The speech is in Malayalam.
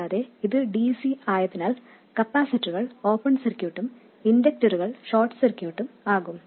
കൂടാതെ ഇത് dc ആയതിനാൽ കപ്പാസിറ്ററുകൾ ഓപ്പൺ സർക്യൂട്ടും ഇൻഡക്റ്ററുകൾ ഷോർട്ട് സർക്യൂട്ടും ആകും